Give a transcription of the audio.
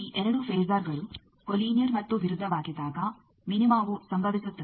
ಈ 2 ಫೆಸರ್ಗಳು ಕೊಲೀನಿಯರ್ ಮತ್ತು ವಿರುದ್ಧವಾಗಿದ್ದಾಗ ಮಿನಿಮಾವು ಸಂಭವಿಸುತ್ತದೆ